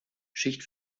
schicht